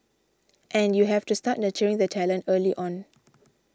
and you have to start nurturing the talent early on